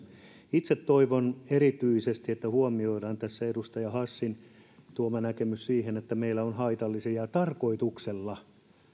itse toivon erityisesti että huomioidaan edustaja hassin tuoma näkemys siihen että meillä on haitallisia ja tarkoituksella